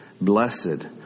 Blessed